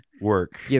work